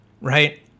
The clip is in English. right